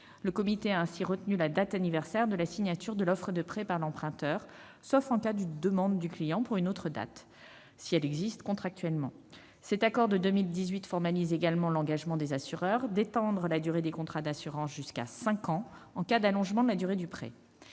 Le comité a ainsi retenu la date anniversaire de la signature de l'offre de prêt par l'emprunteur, sauf en cas de demande d'une autre date par le client, si celle-ci existe contractuellement. L'accord obtenu en 2018 formalise également l'engagement des assureurs d'étendre la durée des contrats d'assurance jusqu'à cinq ans en cas d'allongement de la durée du prêt.